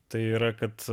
tai yra kad